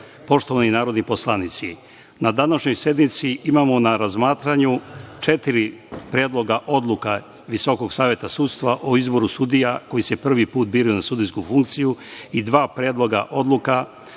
poštovani narodni poslanici, na današnjoj sednici imamo na razmatranju četiri predloga odluka Visokog saveta sudstva o izboru sudija koji se prvi put biraju na sudijsku funkciju i dva predloga odluka